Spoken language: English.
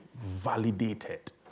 Validated